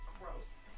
Gross